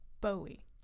Bowie